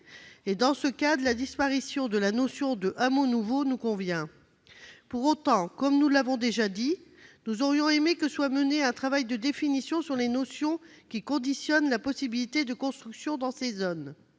Dans ce cadre, la disparition de la notion de « hameaux nouveaux » nous convient. Pour autant, comme nous l'avons déjà dit, nous aurions aimé que soit mené un travail de définition sur les notions qui conditionnent la possibilité de construction dans ces zones.